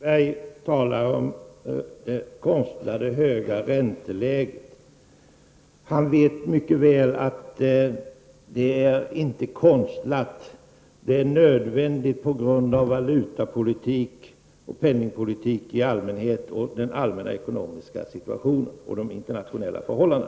Herr talman! Lars-Ove Hagberg talade om det konstlade höga ränteläget. Han vet mycket väl att det inte är konstlat utan nödvändigt på grund av valutapolitiken och penningpolitiken i allmänhet och den allmänna ekonomiska situationen och de internationella förhållandena.